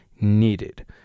needed